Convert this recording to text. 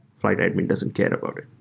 flyte admin doesn't care about it.